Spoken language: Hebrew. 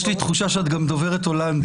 יש לי תחושה שאת גם דוברת הולנדית.